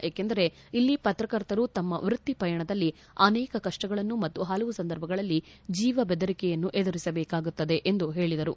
ಏಕೆಂದರೆ ಇಲ್ಲಿ ಪತ್ರಕರ್ತರು ತಮ್ನ ವೃತ್ತಿ ಪಯಣದಲ್ಲಿ ಅನೇಕ ಕಷ್ಷಗಳನ್ನು ಮತ್ತು ಹಲವು ಸಂದರ್ಭಗಳಲ್ಲಿ ಜೀವ ಬೆದರಿಕೆಯನ್ನು ಎದುರಿಸಬೇಕಾಗುತ್ತದೆ ಎಂದು ಹೇಳಿದರು